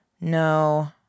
No